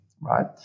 right